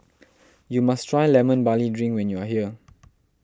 you must try Lemon Barley Drink when you are here